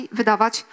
wydawać